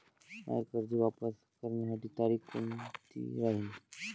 मायी कर्ज वापस करण्याची तारखी कोनती राहीन?